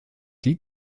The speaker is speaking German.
lied